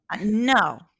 no